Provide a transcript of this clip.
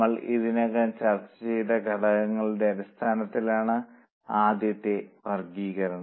നമ്മൾ ഇതിനകം ചർച്ച ചെയ്ത ഘടകങ്ങളുടെ അടിസ്ഥാനത്തിലാണ് ആദ്യത്തെ വർഗ്ഗീകരണം